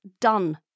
done